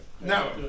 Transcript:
No